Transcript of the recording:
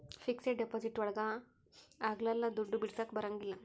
fixed deposit ಒಳಗ ಅಗ್ಲಲ್ಲ ದುಡ್ಡು ಬಿಡಿಸಕ ಬರಂಗಿಲ್ಲ